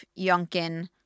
Yunkin